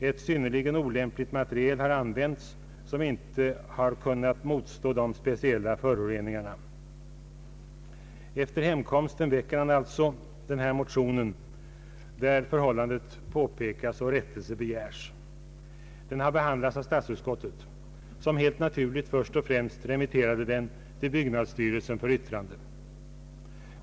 Ett synnerligen olämpligt material har använts som icke kunnat motstå de speciella luftföroreningarna.” Efter hemkomsten väckte han alltså denna motion där förhållandet påtalas och rättelse begärs. Motionen har behandlats av statsutskottet, som helt na turligt först och främst remitterade den till byggnadsstyrelsen för yttrande.